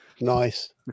Nice